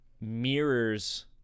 mirrors